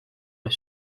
les